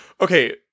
Okay